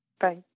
Bye